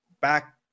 back